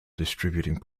distributing